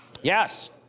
Yes